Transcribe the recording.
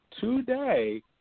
today